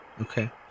Okay